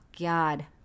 god